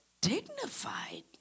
dignified